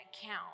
count